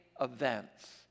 events